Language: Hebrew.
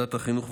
בוועדת החינוך,